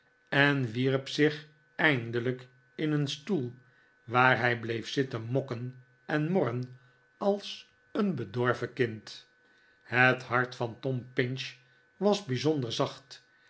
en wierp zich eindelijk in een stoel waar hij bleef zitten mokken en morren als een bedorven kind het hart van tom pinch was bijzonder zacht